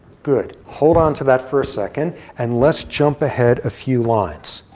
good. hold on to that for a second, and let's jump ahead a few lines.